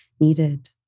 needed